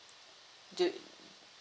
do